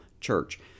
church